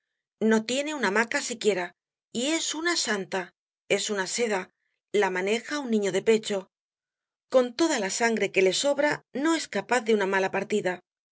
no tiene una maca siquiera y es una santa es una seda la maneja un niño de pecho con toda la sangre que le sobra no es capaz de una mala partida